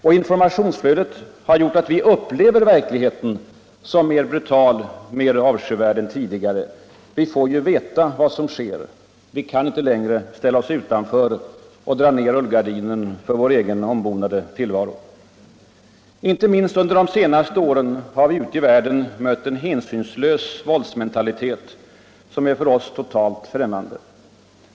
Och informationsflödet har gjort att vi upplever verkligheten som mer brutal, mer avskyvärd än tidigare. Vi får ju veta vad som sker. Vi kan inte längre ställa oss utanför och dra ner rullgardinen för vår egen ombonade tillvaro. Inte minst under de senaste åren har vi ute i världen mött en hänsynslös våldsmentalitet, som är för oss totalt främmande.